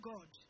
God